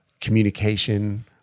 communication